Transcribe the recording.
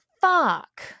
Fuck